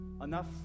Enough